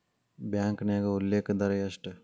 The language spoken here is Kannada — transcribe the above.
ಬ್ಯಾಂಕ್ನ್ಯಾಗ ಉಲ್ಲೇಖ ದರ ಎಷ್ಟ